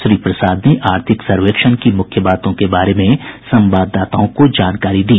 श्री प्रसाद ने आर्थिक सर्वेक्षण की मुख्य बातों के बारे में संवाददाताओं को जानकारी दी